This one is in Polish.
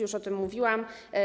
Już o tym mówiłam.